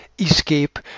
escape